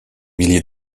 milliers